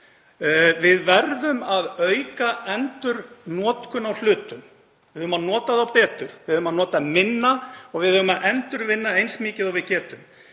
Við verðum að auka endurnotkun á hlutum. Við eigum að nota þá betur. Við eigum að nota minna og við eigum að endurvinna eins mikið og við getum.